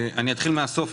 אתחיל מהסוף.